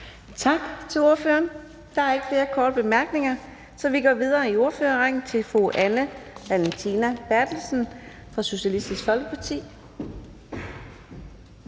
Tak til ordføreren. Der er ikke flere korte bemærkninger, så vi går videre i ordførerrækken til fru Helle Bonnesen fra Det Konservative Folkeparti.